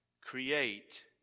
create